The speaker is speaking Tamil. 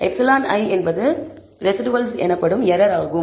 εi என்பது ரெஸிடுவல்ஸ் எனப்படும் எரர் ஆகும்